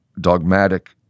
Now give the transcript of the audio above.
dogmatic